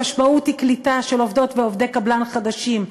המשמעות היא קליטה של עובדות ועובדי קבלן חדשים.